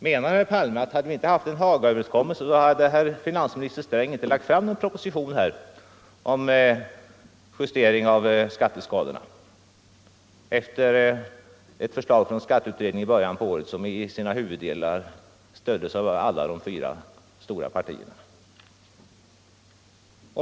Menar herr Palme att finansminister Sträng — om Hagaöverenskommelsen inte hade ägt rum -— inte skulle ha lagt fram en proposition om justering av skatteskalorna, efter ett förslag från skatteutredningen i början av året som i sina huvuddelar stöddes av alla de fyra stora partierna?